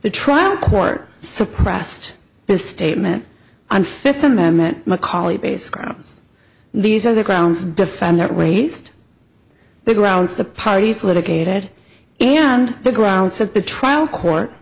the trial court suppressed this statement on fifth amendment mccauley base grounds these are the grounds defend that raised the grounds the parties litigated and the grounds of the trial court